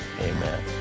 amen